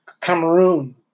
Cameroon